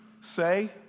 say